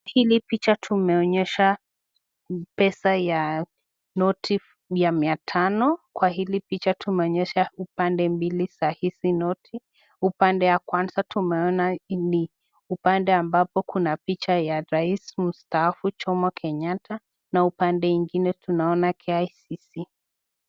Hili picha tumeonyesha pesa ya noti ya mia tano. Kwa hili picha tunaonyesha upande mbili ya hizi noti. Upande ya kwanza tumeona ni upande ambapo kuna picha ya Rais Mstaafu Jomo Kenyatta. Na upande ingine tunaona KICC